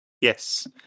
Yes